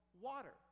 water